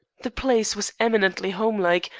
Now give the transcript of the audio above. the place was eminently home-like,